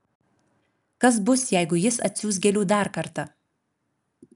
kas bus jeigu jis atsiųs gėlių dar kartą